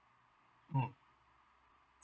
mm